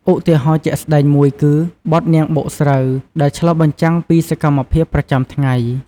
ឧទាហរណ៍ជាក់ស្ដែងមួយគឺ "បទនាងបុកស្រូវ" ដែលឆ្លុះបញ្ចាំងពីសកម្មភាពប្រចាំថ្ងៃ។